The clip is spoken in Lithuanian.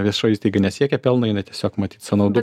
viešoji įstaiga nesiekia pelno jinai tiesiog matyt sąnaudų